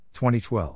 2012